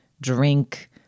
drink